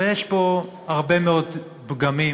ויש פה הרבה מאוד פגמים